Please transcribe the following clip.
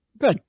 Good